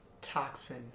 toxin